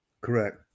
Correct